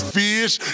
fish